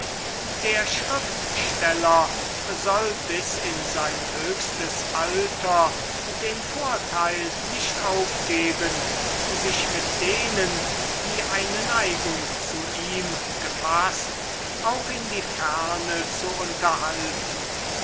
der schriftsteller soll bis in sein höchstes alter den vorteil nicht aufgeben sich mit denen die eine neigung zu ihm gefaßt auch in die ferne zu unterhalten